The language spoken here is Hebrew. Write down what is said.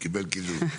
קיבל קידום.